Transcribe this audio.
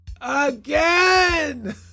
again